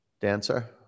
dancer